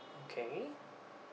okay